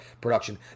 Production